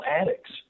addicts